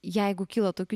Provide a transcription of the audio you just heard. jeigu kyla tokių